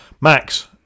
Max